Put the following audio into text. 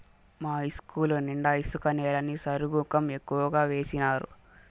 మా ఇస్కూలు నిండా ఇసుక నేలని సరుగుకం ఎక్కువగా వేసినారు